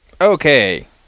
Okay